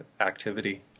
activity